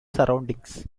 surroundings